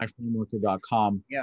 myframeworker.com